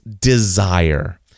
desire